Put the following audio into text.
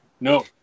No